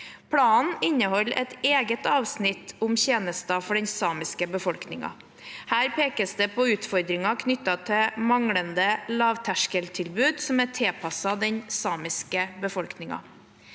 Planen inneholder et eget avsnitt om tjenester for den samiske befolkningen. Her pekes det på utfordringer knyttet til manglende lavterskeltilbud som er tilpasset den samiske befolkningen.